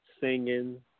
singing